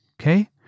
Okay